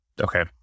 Okay